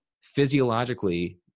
physiologically